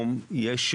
אבל מה,